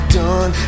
done